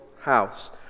house